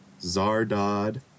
Zardod